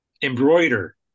embroider